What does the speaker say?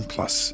Plus